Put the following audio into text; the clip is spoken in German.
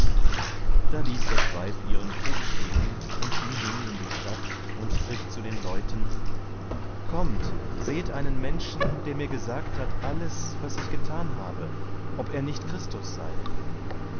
da ließ das weib ihren krug stehen und ging hin in die stadt und spricht zu den leuten kommt seht einen menschen der mir gesagt hat alles was ich getan habe ob er nicht christus sei